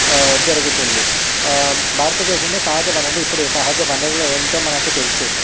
జరుగుతుంది భారత దేశంలో సహజ వనరులు సహజవనులు ఏంటో మనకు తెలుసు